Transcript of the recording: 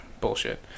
bullshit